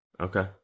Okay